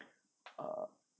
err